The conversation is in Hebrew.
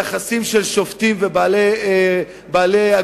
יחסים של שופטים ובעלי אגודות,